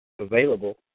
available